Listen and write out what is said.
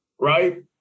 Right